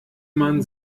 man